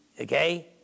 okay